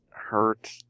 hurt